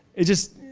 it's just,